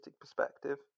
perspective